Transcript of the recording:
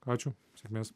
ačiū sėkmės